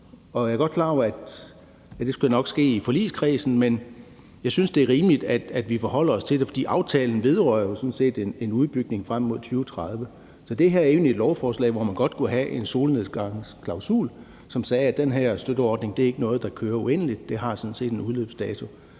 jeg er godt klar over, at det nok skal ske i forligskredsen, men jeg synes også, det er rimeligt, at vi forholder os til det. For aftalen vedrører jo sådan set en udbygning frem mod 2030. Så det her er jo egentlig et lovforslag, hvor man godt kunne have en solnedgangsklausul, som sagde, at den her støtteordning ikke er noget, der kører uendeligt,